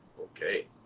Okay